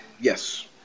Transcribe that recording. Yes